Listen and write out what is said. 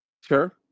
Sure